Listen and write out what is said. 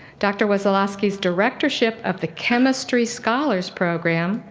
dr. wasileski's directorship of the chemistry scholars program,